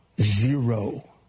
Zero